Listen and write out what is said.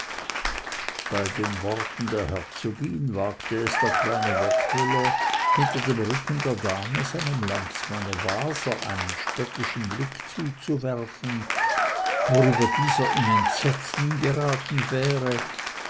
bei den worten der herzogin wagte es der kleine wertmüller hinter dem rücken der dame seinem landsmanne waser einen spöttischen blick zuzuwerfen worüber dieser in entsetzen geraten wäre